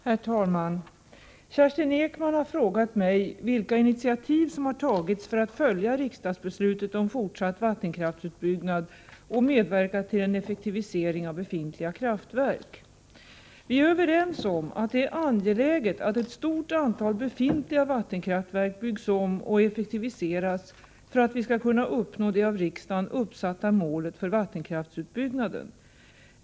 Herr talman! Kerstin Ekman har frågat mig vilka initiativ som har tagits för att följa riksdagsbeslutet om fortsatt vattenkraftsutbyggnad och medverka till en effektivisering av befintliga kraftverk. Vi är överens om att det är angeläget att ett stort antal befintliga vattenkraftverk byggs om och effektiviseras för att vi skall kunna uppnå det av riksdagen uppsatta målet för vattenkraftsutbyggnaden.